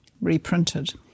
reprinted